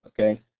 okay